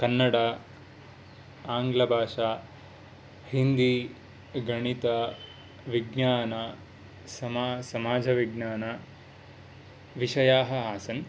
कन्नड आङ्ग्लभाषा हिन्दी गणितं विज्ञानं समाज् समाजविज्ञानविषयाः आसन्